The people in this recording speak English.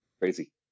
Crazy